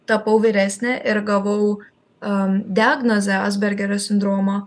tapau vyresnė ir gavau a diagnozę asbergerio sindromą